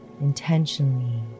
intentionally